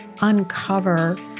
uncover